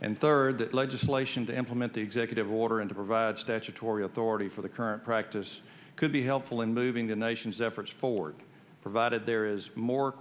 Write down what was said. and third legislation to implement the executive order and to provide statutory authority for the current practice could be helpful in moving the nation's efforts forward provided there is more